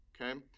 Okay